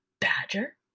Badger